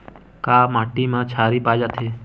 का माटी मा क्षारीय पाए जाथे?